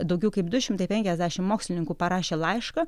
daugiau kaip du šimtai penkiasdešimt mokslininkų parašė laišką